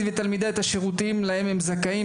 ותלמידה את השירותים להם הם זכאים.